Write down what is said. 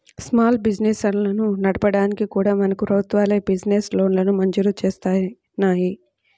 small బిజినెస్లను నడపడానికి కూడా మనకు ప్రభుత్వాలే బిజినెస్ లోన్లను మంజూరు జేత్తన్నాయి